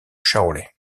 charolais